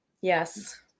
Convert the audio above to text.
Yes